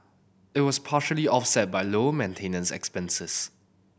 it was partially offset by lower maintenance expenses